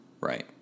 Right